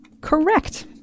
Correct